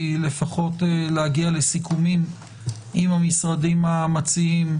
היא לפחות להגיע לסיכומים עם המשרדים המציעים,